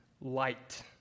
Light